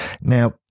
Now